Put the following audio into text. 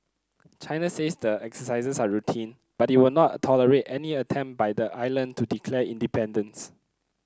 China says the exercises are routine but it will not tolerate any attempt by the island to declare independence